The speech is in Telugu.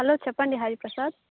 హలో చెప్పండి హరిప్రసాద్